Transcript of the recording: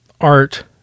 art